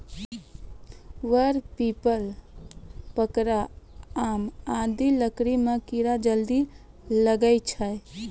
वर, पीपल, पाकड़, आम आदि लकड़ी म कीड़ा जल्दी लागै छै